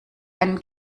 einen